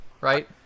right